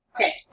Okay